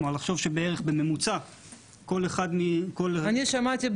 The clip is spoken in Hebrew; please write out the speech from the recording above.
כלומר לחשוב שבממוצע כל אחד --- אני שמעתי את